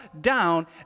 down